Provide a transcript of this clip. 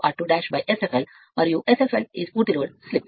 మరియు Sfl పూర్తి load slip